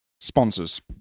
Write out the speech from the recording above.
sponsors